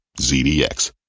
ZDX